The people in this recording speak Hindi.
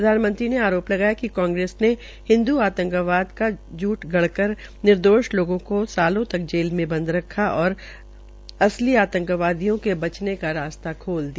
प्रधानमंत्री ने आरोप लगाया कि कांगेस ने हिंदू आंतकवाद का झूठ गढ़ कर निर्दोष लोगों को सालों तक जेल में बंद रखा और असली आंतकवादियों के बचने का रास्ता खोल दिया